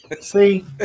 See